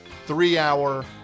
Three-hour